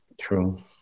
True